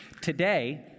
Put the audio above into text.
Today